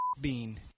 Bean